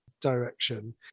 direction